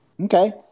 Okay